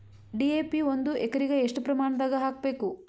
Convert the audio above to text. DAP ಒಂದು ಎಕರಿಗ ಎಷ್ಟ ಪ್ರಮಾಣದಾಗ ಹಾಕಬೇಕು?